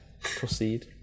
Proceed